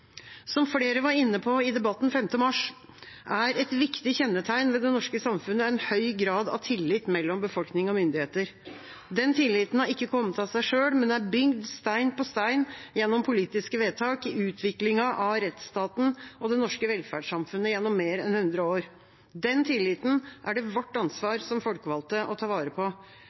Som flere var inne på i debatten 5. mars, er et viktig kjennetegn ved det norske samfunnet en høy grad av tillit mellom befolkning og myndigheter. Den tilliten har ikke kommet av seg selv, men er bygd stein på stein gjennom politiske vedtak i utviklingen av rettsstaten og det norske velferdssamfunnet gjennom mer enn 100 år. Den tilliten er det vårt ansvar som folkevalgte å ta vare på.